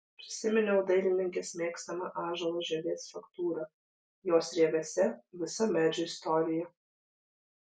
prisiminiau dailininkės mėgstamą ąžuolo žievės faktūrą jos rievėse visa medžio istorija